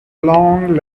long